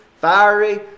fiery